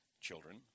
children